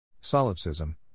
Solipsism